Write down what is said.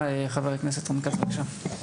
חבר הכנסת רון כץ, ברשותך, בבקשה.